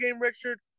Richard